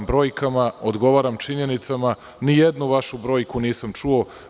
Odgovaram brojkama, odgovaram činjenicama, ni jednu vašu brojku nisam čuo.